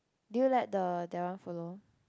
did you let the that one follow